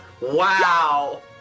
Wow